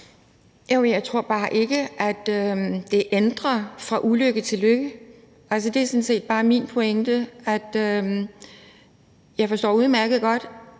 jeg tror bare ikke, at det ændrer fra ulykke til lykke. Altså, det er sådan set bare min pointe. Jeg forstår udmærket godt